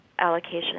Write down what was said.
allocation